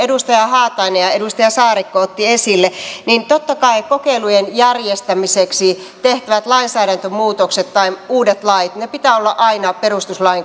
edustaja haatainen ja ja edustaja saarikko ottivat esille totta kai kokeilujen järjestämiseksi tehtävien lainsäädäntömuutoksien tai uusien lakien pitää olla aina perustuslain